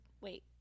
Wait